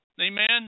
amen